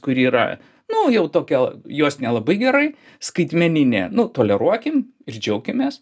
kuri yra nu jau tokia jos nelabai gerai skaitmeninė nu toleruokim ir džiaukimės